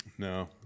No